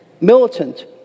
militant